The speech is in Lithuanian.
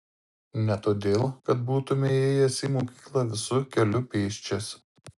ne todėl kad būtumei ėjęs į mokyklą visu keliu pėsčias